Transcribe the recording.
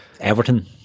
Everton